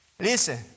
Listen